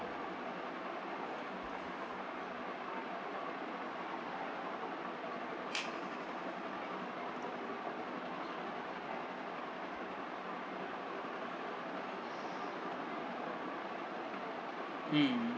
mm